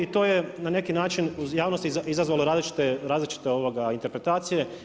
I to je na neki način u javnosti izazvalo različite interpretacije.